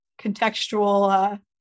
contextual